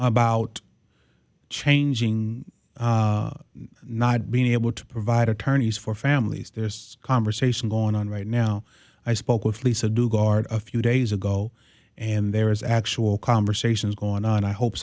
about changing not being able to provide attorneys for families this conversation going on right now i spoke with lisa do guard a few days ago and there is actual conversations going on i hope